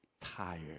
tired